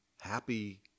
happy